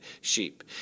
sheep